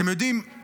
אתם יודעים,